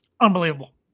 Unbelievable